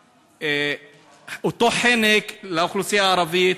אותו חנק לאוכלוסייה הערבית.